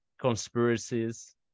conspiracies